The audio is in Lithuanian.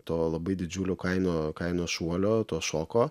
to labai didžiulio kainų kainos šuolio to šoko